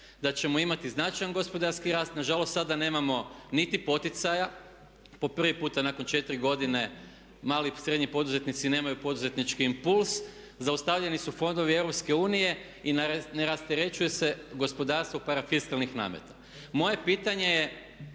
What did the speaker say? da ćemo imati značajan gospodarski rast, nažalost sada nemamo niti poticaja, po prvi puta nakon 4 godine mali i srednji poduzetnici nemaju poduzetnički impuls, zaustavljeni su fondovi EU i ne rasterećuje se gospodarstvo parafiskalnih nameta. Moje pitanje je